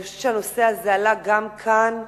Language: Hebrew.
אני חושבת שהנושא הזה עלה גם כאן,